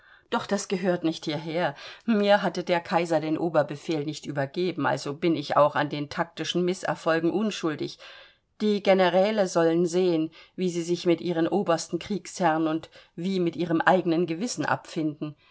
doch das gehört nicht hierher mir hatte der kaiser den oberbefehl nicht übergeben also bin ich auch an den taktischen mißerfolgen unschuldig die generäle sollen sehen wie sie sich mit ihrem obersten kriegsherrn und wie mit ihrem eigenen gewissen abfinden